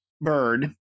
bird